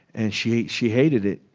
and she she hated it.